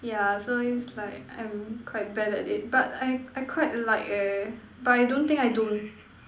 yeah so is like I'm quite bad at it but I I quite like eh but I don't think don't